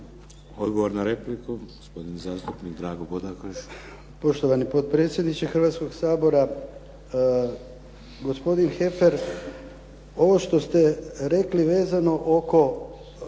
Odgovor na repliku, gospodin zastupnik Drago Bodakoš. **Bodakoš, Dragutin (SDP)** Poštovani potpredsjedniče Hrvatskog sabora. Gospodin Heffer, ovo što ste rekli vezano oko